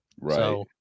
Right